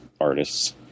artists